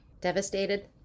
Devastated